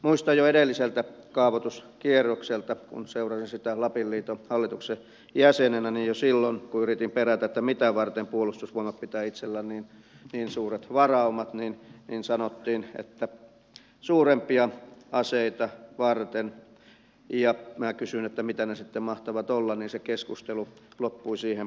muistan jo edelliseltä kaavoituskierrokselta kun seurasin sitä lapin liiton hallituksen jäsenenä niin jo silloin kun yritin penätä että mitä varten puolustusvoimat pitää itsellään niin suuret varaumat sanottiin että suurempia aseita varten ja kun minä kysyin että mitä ne sitten mahtavat olla niin se keskustelu loppui siihen paikkaan